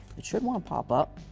it should want to pop up.